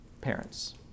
parents